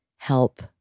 help